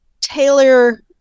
tailor